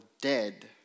dead